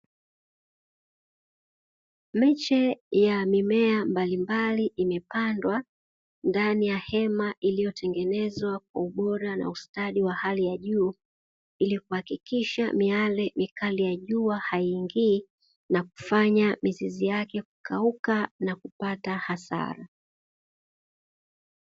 Miche ya mimea mbalimbali imepandwa ndani ya hema iliyotengenezwa ubora na ustadi wa hali ya juu, ili kuhakikisha miale mikali ya jua haiingii na kufanya mizizi yake kukauka na kupata hasara.